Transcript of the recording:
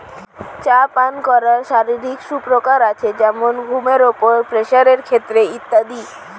চা পান করার অনেক শারীরিক সুপ্রকার আছে যেমন ঘুমের উপর, প্রেসারের ক্ষেত্রে ইত্যাদি